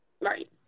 Right